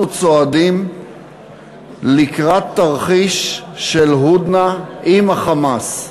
אנחנו צועדים לקראת תרחיש של "הודנה" עם ה"חמאס".